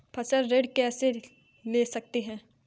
फसल ऋण कैसे ले सकते हैं?